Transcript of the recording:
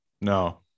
no